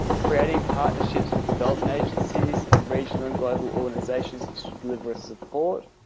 creating partnerships with development agencies and regional and global organizations to deliver support,